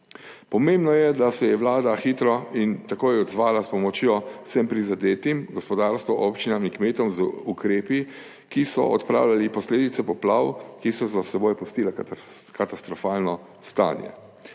Pomembno je, da se je vlada hitro in takoj odzvala s pomočjo vsem prizadetim gospodarstvu, občinam in kmetom, z ukrepi, ki so odpravljali posledice poplav, ki so za seboj pustile katastrofalno stanje.